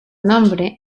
nombre